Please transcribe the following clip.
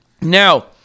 Now